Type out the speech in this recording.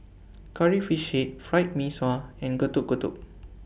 Curry Fish Head Fried Mee Sua and Getuk Getuk